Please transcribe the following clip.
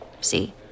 See